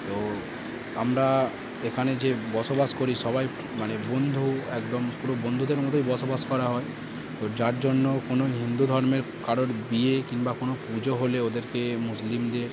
তো আমরা এখানে যে বসবাস করি সবাই মানে বন্ধু একদম পুরো বন্ধুদের মতোই বসবাস করা হয় তো যার জন্য কোনো হিন্দু ধর্মের কারোর বিয়ে কিংবা কোনো পুজো হলে ওদেরকে মুসলিমদের